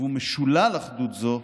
והוא משולל אחדות זו,